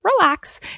Relax